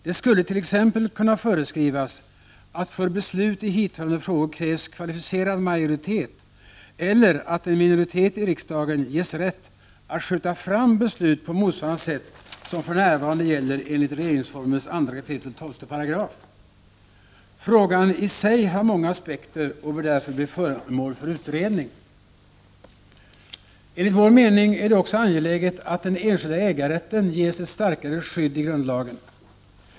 Det skulle t.ex. kunna föreskrivas att för beslut i hithörande frågor krävs kvalificerad majoritet eller att en minoritet i riksdagen ges rätt att skjuta fram beslut på motsvarande sätt som för närvarande gäller enligt regeringsformens 2 kap. 12§. Frågan i sig har många aspekter och bör därför bli föremål för utredning. Enligt vår mening är det också angeläget att den enskilda äganderätten ges ett starkare skydd i grundlagen.